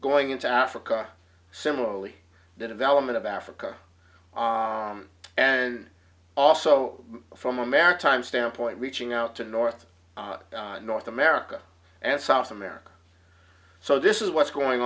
going into africa similarly the development of africa and also from a maritime standpoint reaching out to north north america and south america so this is what's going